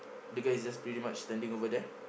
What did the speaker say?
the guy is just pretty much standing over there